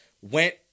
went